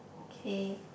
okay